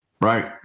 Right